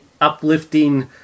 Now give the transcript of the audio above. uplifting